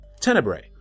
Tenebrae